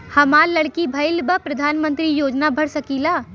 हमार लड़की भईल बा प्रधानमंत्री योजना भर सकीला?